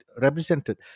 represented